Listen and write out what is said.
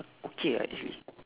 okay right actually